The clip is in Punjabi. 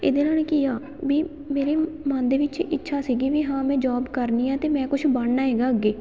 ਇਹਦੇ ਨਾਲ ਕੀ ਆ ਵੀ ਮੇਰੇ ਮਨ ਦੇ ਵਿੱਚ ਇੱਛਾ ਸੀਗੀ ਵੀ ਹਾਂ ਮੈਂ ਜੋਬ ਕਰਨੀ ਆ ਅਤੇ ਮੈਂ ਕੁਛ ਬਣਨਾ ਹੈਗਾ ਅੱਗੇ